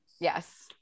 Yes